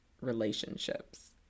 relationships